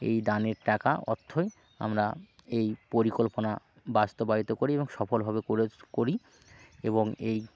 এই দানের টাকা অর্থই আমরা এই পরিকল্পনা বাস্তবায়িত করি এবং সফলভাবে করে করি এবং এই